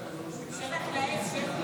נתקבלה.